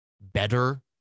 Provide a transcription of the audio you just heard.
better